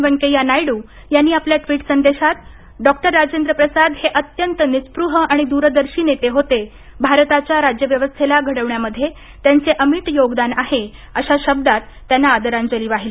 वेंकय्या नायडू यांनी आपल्या ट्विट संदेशात डॉक्टर राजेंद्र प्रसाद हे अत्यंत निस्पृह आणि दूरदर्शी नेते होते भारताच्या राज्यव्यवस्थेला घडवण्यामध्ये त्याचे अमीट योगदान आहे आशा शब्दांत त्यांना आदराजली वाहिली